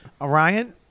Orion